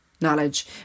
knowledge